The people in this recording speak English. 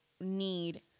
need